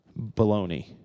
Baloney